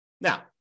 Now